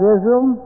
Israel